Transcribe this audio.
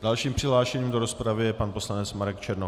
Dalším přihlášeným do rozpravy je pan poslanec Marek Černoch.